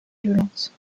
violente